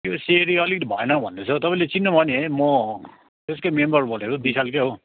त्यो सिँढी अलिक भएन भन्दै छ हो तपाईँले चिन्नुभयो नि है म त्यसकै मेम्बर बोलेको विशाल क्या हो